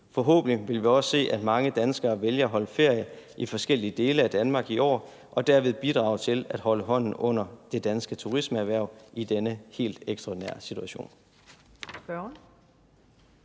Forhåbentlig vil vi også se, at mange danskere vælger at holde ferie i forskellige dele af Danmark i år, og de kommer dermed til at bidrage til at holde hånden under det danske turismeerhverv i denne helt ekstraordinære situation.